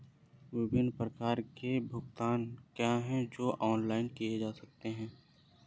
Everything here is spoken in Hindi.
विभिन्न प्रकार के भुगतान क्या हैं जो ऑनलाइन किए जा सकते हैं?